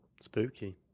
Spooky